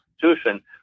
Constitution